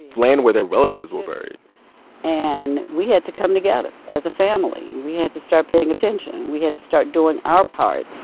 land where their relatives were buried and we had to come together as a family. we had to start paying attention. we had to start doing our part.